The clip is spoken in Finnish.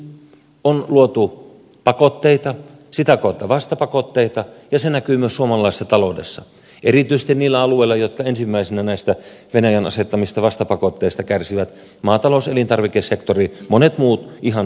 on luotu pakotteita sitä kautta vastapakotteita ja se näkyy myös suomalaisessa taloudessa erityisesti niillä alueilla jotka ensimmäisenä näistä venäjän asettamista vastapakotteista kärsivät kuten maatalous ja elintarvikesektorilla ja monilla muilla ihan samalla lailla